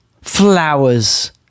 Flowers